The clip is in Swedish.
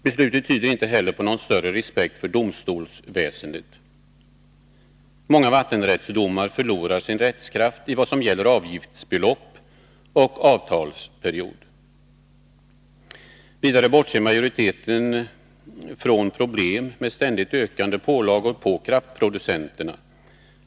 Beslutet tyder inte heller på någon större respekt för domstolsväsendet. Många vattenrättsdomar förlorar sin rättskraft i vad det gäller avgiftsbelopp och avtalsperiod. Vidare bortser majoriteten från problemen med ständigt ökande pålagor på kraftproducenterna.